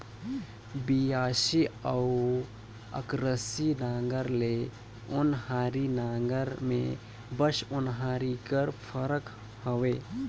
बियासी अउ अकरासी नांगर ले ओन्हारी नागर मे बस ओन्हारी कर फरक हवे